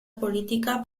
política